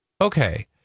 okay